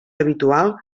habitual